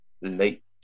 late